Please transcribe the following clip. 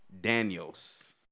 Daniels